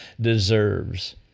deserves